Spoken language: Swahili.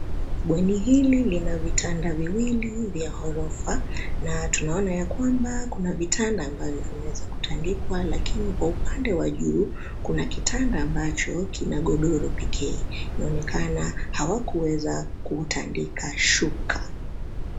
Bweni hili lina vitanda viwili vya ghorofa, na tunaona ya kwamba kuna vitanda ambavyo vimeweza kutandikwa lakini kwa upande wa juu , kuna kitanda ambacho kina godoro pekee. Inaonekana hawakuweza kutandika shuka.